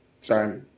sorry